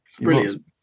brilliant